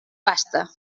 pasta